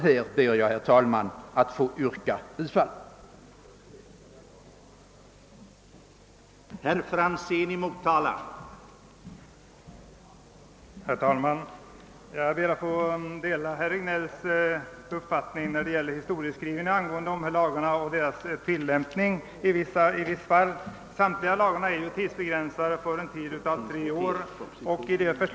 Här ber jag, herr talman, att få yrka bifall till utskottets hemställan.